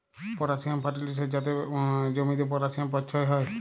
potassium ফার্টিলিসের যাতে জমিতে পটাসিয়াম পচ্ছয় হ্যয়